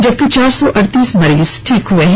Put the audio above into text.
जबकि चार सौ अड़तीस मरीज ठीक हए हैं